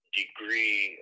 degree